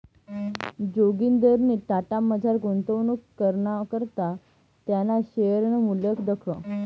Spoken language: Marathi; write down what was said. जोगिंदरनी टाटामझार गुंतवणूक कराना करता त्याना शेअरनं मूल्य दखं